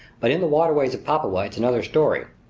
but in the waterways of papua it's another story.